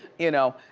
you know?